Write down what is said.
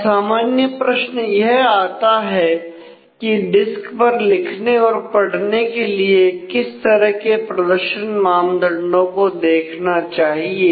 अब सामान्य प्रश्न यह आता है कि डिस्क पर लिखने और पढ़ने के लिए किस तरह के प्रदर्शन मापदंडों को देखना चाहिए